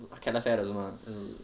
他 calefare 的是吗